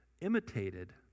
imitated